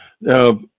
now